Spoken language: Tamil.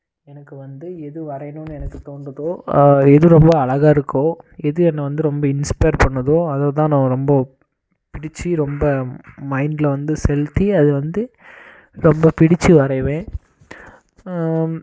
எனக்கு வந்து எது வரையணும் எனக்கு தோணுதோ எது ரொம்ப அழகாக இருக்கோ எது என்னை வந்து ரொம்ப இன்ஸ்பைர் பண்ணுதோ அது தான் நான் ரொம்ப பிடித்து ரொம்ப மைண்ட்ல வந்து செலுத்தி அது வந்து ரொம்ப பிடித்துசி வரையுவேன்